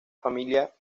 familia